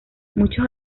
muchos